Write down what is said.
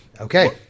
Okay